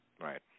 Right